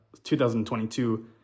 2022